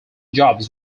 jobs